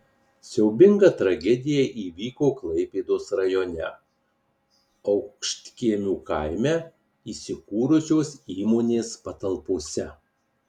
siaubinga tragedija įvyko klaipėdos rajone aukštkiemių kaime įsikūrusios įmonės patalpose